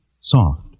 Soft